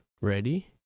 ready